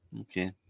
Okay